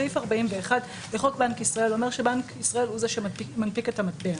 סעיף 41 לחוק בנק ישראל אומר שבנק ישראל הוא זה שמנפיק את המטבע.